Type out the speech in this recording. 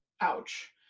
ouch